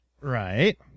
Right